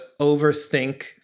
overthink